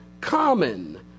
common